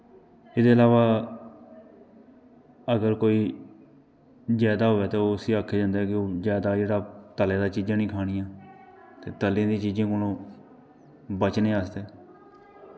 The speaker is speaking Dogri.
एह्दे इलावा अगर कोई जादै होऐ ते उसी आक्खेआ जंदा ऐ जादै तली दियां चीजां नी खानियां तली दियें चीजें कोला बचने आस्तै